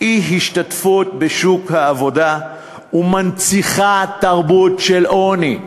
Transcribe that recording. אי-השתתפות בשוק העבודה ומנציחה תרבות של עוני.